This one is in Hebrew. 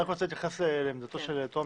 אני רוצה להתייחס לעמדתו של תומר.